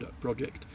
project